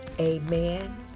amen